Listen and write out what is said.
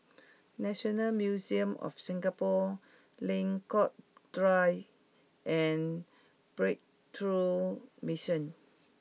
National Museum of Singapore Lengkong Dua and Breakthrough Mission